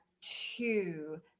two